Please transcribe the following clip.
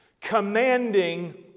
Commanding